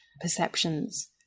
perceptions